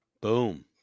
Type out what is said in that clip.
boom